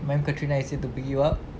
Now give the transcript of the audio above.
ma'am katrina is here to beat you up